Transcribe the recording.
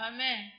Amen